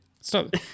Stop